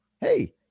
Hey